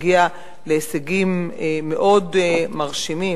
הגיעה להישגים מאוד מרשימים.